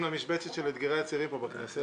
למשבצת של אתגרי הצעירים פה בכנסת.